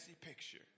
picture